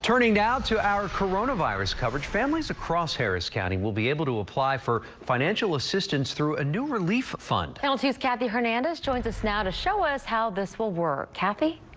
turning now to our coronavirus coverage. families across harris county will be able to apply for financial assistance through a new relief fund. channel two s cathy hernandez joins us to show us how this will work. cathy?